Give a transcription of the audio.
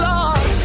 Lord